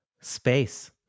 Space